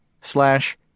slash